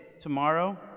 tomorrow